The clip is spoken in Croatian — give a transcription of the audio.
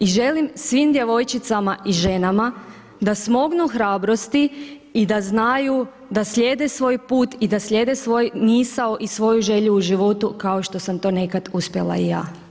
I želim svim djevojčicama i ženama da smognu hrabrosti i da znaju da slijede svoj put i da slijede svoju misao i svoju želju u životu kao što sam to nekad uspjela i ja.